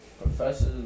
professors